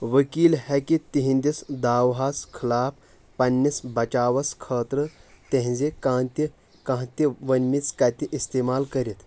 ؤکیٖل ہیٚکہِ تِہنٛدِس داوہَس خِلاف پننِس بچاوَس خٲطرٕ تِہنٛزِ کانٛہہ تہِ کانٛہہ تہِ ؤنمٕژ کتھِ استعمال کٔرِتھ